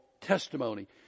testimony